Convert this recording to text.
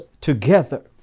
together